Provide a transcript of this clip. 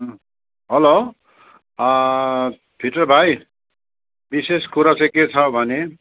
hello fitter छ भाइ विशेष कुरा चाहिँ के छ भने